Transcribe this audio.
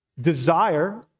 desire